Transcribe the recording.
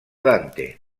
dante